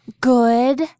good